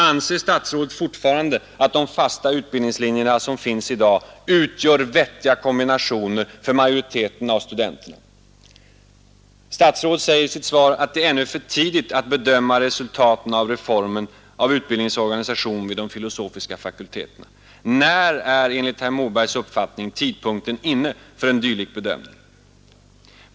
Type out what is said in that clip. Anser statsrådet fortfarande att de fasta utbildningslinjer som finns i dag utgör vettiga kombinationer för majoriteten av studenterna? 8. Statsrådet säger i sitt svar att det ännu är för tidigt ”att bedöma resultaten av reformen av utbildningens organisation vid de filosofiska fakulteterna”. När är enligt herr Mobergs uppfattning tidpunkten inne för en dylik bedömning? 9.